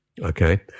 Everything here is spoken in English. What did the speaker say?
okay